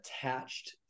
attached